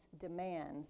demands